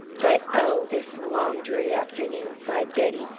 but, oh, this long, dreary afternoon! sighed betty,